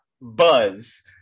Buzz